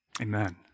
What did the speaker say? Amen